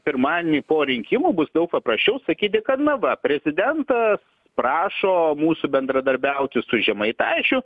pirmadienį po rinkimų bus daug paprasčiau sakyti kad na va prezidentas prašo mūsų bendradarbiauti su žemaitaičiu